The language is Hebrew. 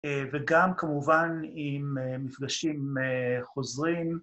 וגם כמובן עם מפגשים חוזרים.